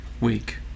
week